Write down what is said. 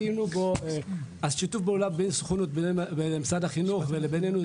ציינו פה את שיתוף הפעולה בין הסוכנות לבין משרד החינוך לבינינו,